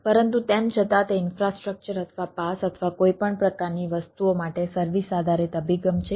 પરંતુ તેમ છતાં તે ઇન્ફ્રાસ્ટ્રક્ચર અથવા PaaS અથવા કોઈપણ પ્રકારની વસ્તુઓ માટે સર્વિસ આધારિત અભિગમ છે